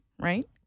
right